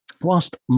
whilst